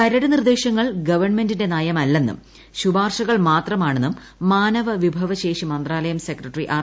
കരട് നിർദ്ദേശങ്ങൾ ഗവൺമെന്റിന്റെ നയമല്ലെന്നും ശുപാർശകൾ മാത്രമാണെന്നും മാനവവിഭവശേഷി മന്ത്രാലയം സെക്രട്ടറി ആർ